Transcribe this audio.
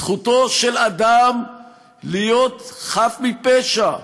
זכותו של אדם להיות חף מפשע,